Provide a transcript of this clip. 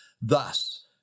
Thus